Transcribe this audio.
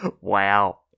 Wow